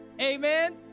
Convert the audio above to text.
Amen